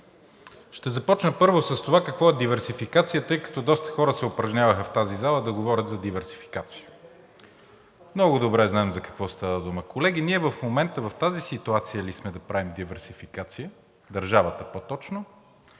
Ще започна, първо, с това какво е диверсификация, тъй като доста хора се упражняваха в тази зала да говорят за диверсификация. Много добре знаем за какво става дума. Колеги, ние в момента в тази ситуация ли сме да правим диверсификация – държавата по-точно?